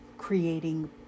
creating